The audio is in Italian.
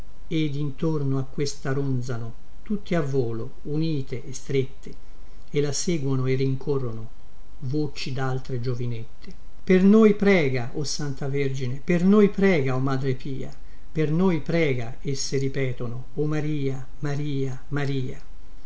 e dintorno a questa ronzano tutte a volo unite e strette e la seguono e rincorrono voci daltre giovinette per noi prega o santa vergine per noi prega o madre pia per noi prega esse ripetono o maria maria maria